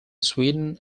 sweden